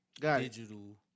digital